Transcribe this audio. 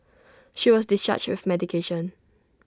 she was discharged with medication